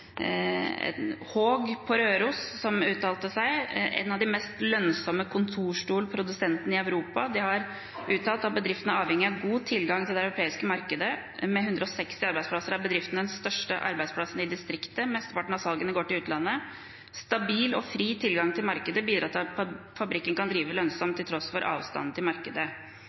europeiske markedet: Med 160 arbeidsplasser er bedriften den største arbeidsplassen i distriktet. Mesteparten av salgene går til utlandet. Stabil og fri tilgang til markedet bidrar til at fabrikken kan drive lønnsomt til tross for avstanden til markedet.